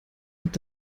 hat